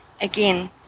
again